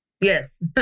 Yes